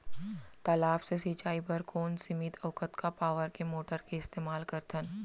तालाब से सिंचाई बर कोन सीमित अऊ कतका पावर के मोटर के इस्तेमाल करथन?